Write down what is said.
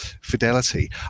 fidelity